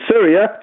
Syria